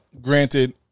granted